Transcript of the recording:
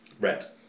Red